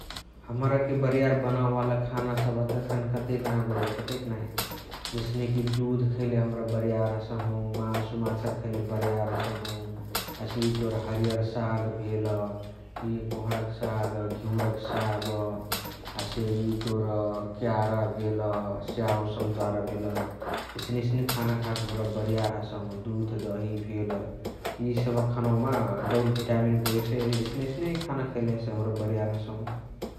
हमराके बरियार बनावेवाला खाना सबह त कनकतेक न कतेक बडै । जसनेकी दुध खैले हमरा बरियार हसहु । मासु माछरी खैले बरियार हसहु । हसे इय तोर हरियर साग भेल । इय कोहणक साग्, घिउणा क साग । हसे इय तोर क्यारा भेल, स्याउ, सम्त्वरा भेल । एस्ने एस्ने खान खाके हमरा बरियार हसहु । दुध, दही भेल इहे सबहा खानवम दौल भिटामिन पवेसै । एस्ने एस्ने खान खैले से हमरा बरियार हसहु ।